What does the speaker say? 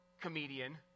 comedian